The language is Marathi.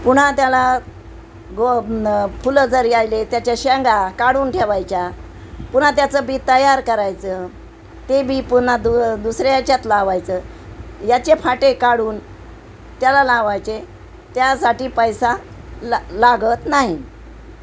पुन्हा त्याला गो फुलं जरी आले त्याच्या शेंगा काढून ठेवायच्या पुन्हा त्याचं बी तयार करायचं ते बी पुन्हा दु दुसऱ्या याच्यात लावायचं याचे फाटे काढून त्याला लावायचे त्यासाठी पैसा ला लागत नाही